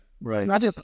right